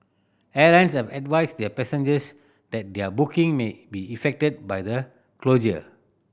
airlines have advised their passengers that their booking may be effected by the closure